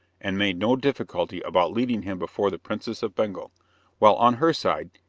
and made no difficulty about leading him before the princess of bengal while on her side,